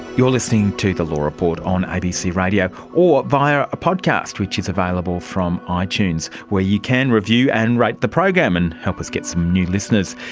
you're listening to the law report on abc radio, or via a podcast, which is available from ah itunes, where you can review and rate the program and help us get some new listeners.